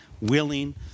willing